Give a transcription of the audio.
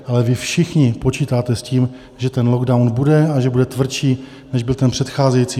Ale vy všichni počítáte s tím, že ten lockdown bude a že bude tvrdší, než byl ten předcházející.